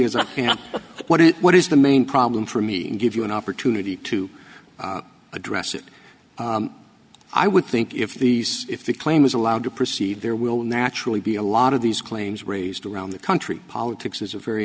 know what it what is the main problem for me and give you an opportunity to address it i would think if the if the claim is allowed to proceed there will naturally be a lot of these claims raised around the country politics is a very